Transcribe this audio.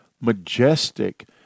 Majestic